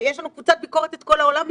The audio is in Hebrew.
יש לנו קבוצת ביקורת את כל העולם מסביבנו,